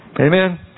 amen